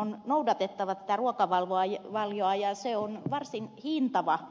on noudatettava tätä ruokavaliota ja se on varsin hintava